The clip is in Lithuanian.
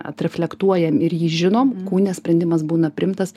atreflektuojam ir jį žinom kūne sprendimas būna priimtas